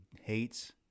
hates